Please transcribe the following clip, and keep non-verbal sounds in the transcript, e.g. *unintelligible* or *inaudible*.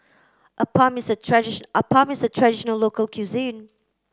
Appam is a *unintelligible* Appam is a traditional local cuisine